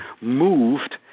moved